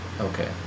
Okay